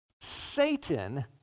Satan